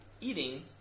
eating